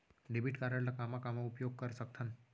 Debit card ला कामा कामा उपयोग कर सकथन?